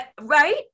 Right